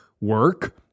work